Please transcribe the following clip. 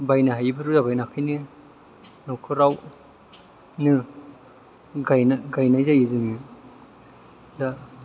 बायनो हायैफोर जाबाय बेनिखायनो न'खरावनो गायनाय जायो जोङो